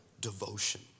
devotion